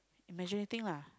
majority lah